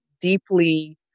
deeply